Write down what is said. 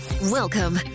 Welcome